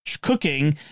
cooking